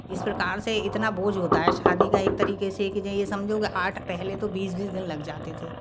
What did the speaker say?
इस प्रकार से इतना बोझ होता है शादी का एक तरीक़े से कि जो ये समझो कि आठ पहले तो बीस बीस दिन लग जाते थे